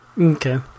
Okay